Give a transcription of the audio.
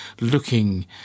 looking